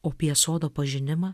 o apie sodo pažinimą